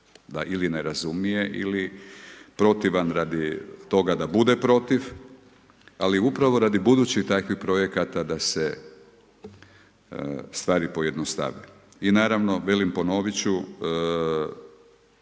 da ili ne razumije ili protivan radi toga da bude protiv. Ali upravo radi budućih takvih projekata da se stvari pojednostave. I naravno, velim, ponoviti ću